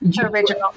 Original